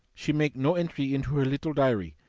she make no entry into her little diary,